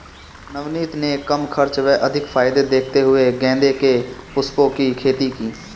नवनीत ने कम खर्च व अधिक फायदे देखते हुए गेंदे के पुष्पों की खेती की